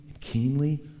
keenly